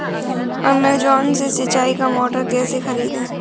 Amazon से सिंचाई का मोटर कैसे खरीदें?